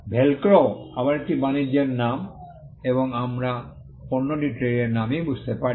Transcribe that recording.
Velcro আবার একটি বাণিজ্যের নাম এবং আমরা পণ্যটি ট্রেডের নামেই বুঝতে পারি